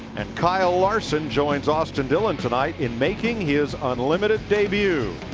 and kyle larson joins austin dillon tonight in making his unlimited debut.